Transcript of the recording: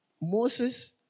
Moses